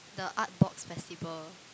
the Artbox festival